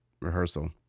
rehearsal